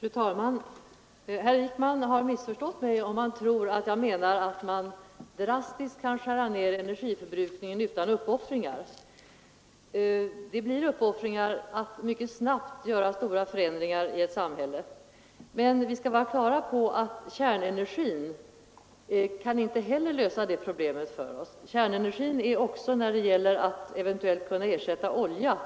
Fru talman! Herr Wijkman har missförstått mig om han tror att jag menar att man drastiskt kan skära ned energiförbrukningen utan uppoffringar. Det innebär uppoffringar att mycket snabbt genomföra stora förändringar i ett samhälle. Men vi skall vara på det klara med att kärnenergin inte heller kan lösa problemen åt oss. Kärnenergin är också när det gäller att eventuellt ersätta oljan